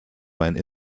meinen